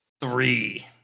Three